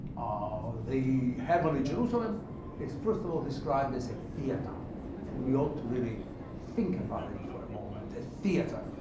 ah the heavenly jerusalem is first of all described as a theatre and we ought to really think about it for a moment, a theatre.